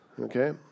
Okay